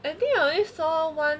I think I only saw one